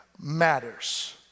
matters